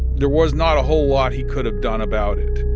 there was not a whole lot he could have done about it,